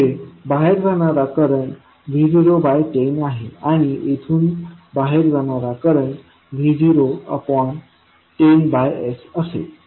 येथे बाहेर जाणारा करंट V010 आहे आणि येथून बाहेर जाणारा करंट V010sअसेल